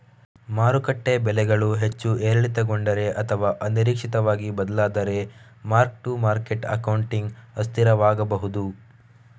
ಮಾರುಕಟ್ಟೆ ಬೆಲೆಗಳು ಹೆಚ್ಚು ಏರಿಳಿತಗೊಂಡರೆ ಅಥವಾ ಅನಿರೀಕ್ಷಿತವಾಗಿ ಬದಲಾದರೆ ಮಾರ್ಕ್ ಟು ಮಾರ್ಕೆಟ್ ಅಕೌಂಟಿಂಗ್ ಅಸ್ಥಿರವಾಗಬಹುದು